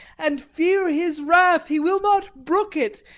and fear his wrath! he will not brook it,